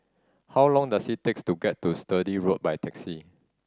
how long does it takes to get to Sturdee Road by taxi